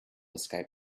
escape